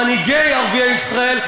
מנהיגי ערביי ישראל,